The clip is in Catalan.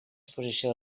exposició